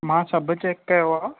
मां सभु चैक कयो आहे